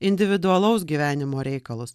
individualaus gyvenimo reikalus